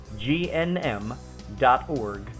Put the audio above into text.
GNM.org